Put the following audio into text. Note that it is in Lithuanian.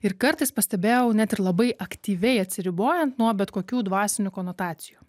ir kartais pastebėjau net ir labai aktyviai atsiribojant nuo bet kokių dvasinių konotacijų